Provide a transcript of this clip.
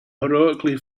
heroically